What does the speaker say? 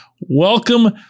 Welcome